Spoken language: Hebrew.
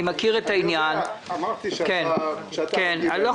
אני חבר הנהלת איגוד הטקסטיל בהתאחדות